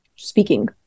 speaking